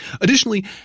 Additionally